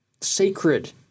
sacred